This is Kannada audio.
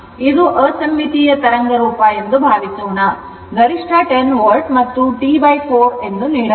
ಇದು ಅಸಮ್ಮಿತೀಯ ತರಂಗರೂಪ ಎಂದು ಭಾವಿಸೋಣ ಗರಿಷ್ಠ 10 volt ಮತ್ತು T 4 ನೀಡಲಾಗಿದೆ